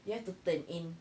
you have to turn in